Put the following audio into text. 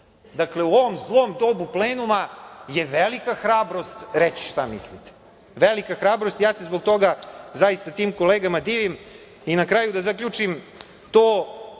Dakle, u ovom zlom dobu plenuma je velika hrabrost, velika hrabrost reći šta mislite, velika hrabrost i ja se zbog toga zaista tim kolegama divim. Na kraju da zaključim, to